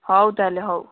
ହଉ ତା' ହେଲେ ହଉ